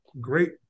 great